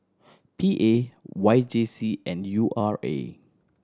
P A Y J C and U R A